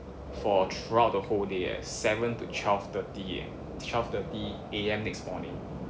for throughout the whole day eh seven to twelve thirty eh twelve thirty A_M next morning